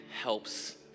helps